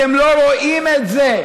אתם לא רואים את זה.